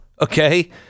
Okay